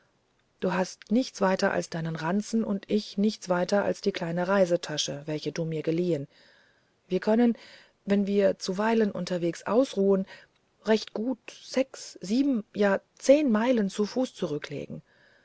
du hast nichts weiter mit als deinen ranzen und ich weiter nichts als die kleine reisetasche welche du mir geliehen wir können wenn wir zuweilen unterwegs ausruhen recht gut sechs sieben ja zehn meilen zu fuße zurücklegen